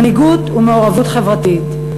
מנהיגות ומעורבות חברתית.